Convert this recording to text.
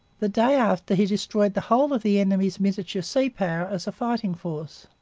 the day after he destroyed the whole of the enemy's miniature sea-power as a fighting force.